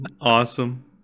awesome